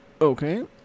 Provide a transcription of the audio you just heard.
Okay